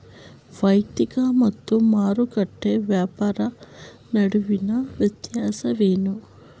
ವೈಯಕ್ತಿಕ ಮತ್ತು ಮಾರುಕಟ್ಟೆ ವ್ಯಾಪಾರ ನಡುವಿನ ವ್ಯತ್ಯಾಸವೇನು?